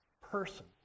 person